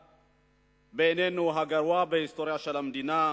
בעינינו היה הגרוע בהיסטוריה של המדינה.